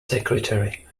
secretary